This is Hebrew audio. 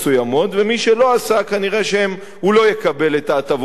ומי שלא עשה כנראה לא יקבל את ההטבות האלה.